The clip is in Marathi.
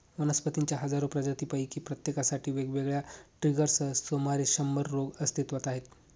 वनस्पतींच्या हजारो प्रजातींपैकी प्रत्येकासाठी वेगवेगळ्या ट्रिगर्ससह सुमारे शंभर रोग अस्तित्वात आहेत